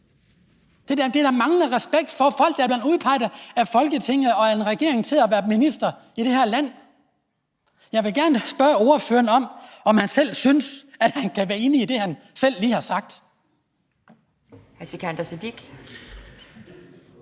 Det er da manglende respekt for folk, der er blevet udpeget af Folketinget og en regering til at være ministre i det her land. Jeg vil gerne spørge ordføreren, om han selv synes, han kan være enig i det, han selv lige har sagt.